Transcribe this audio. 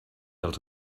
als